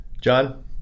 John